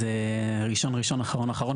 אז ראשון, ראשון, אחרון, אחרון.